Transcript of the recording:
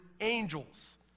angels